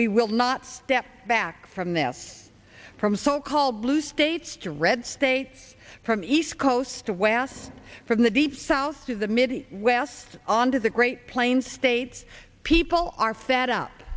we will not step back from this from so called blue states to red states from east coast to west from the deep south to the mid west on to the great plains states people are fed up